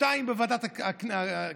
שניים בוועדת הכספים,